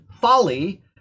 folly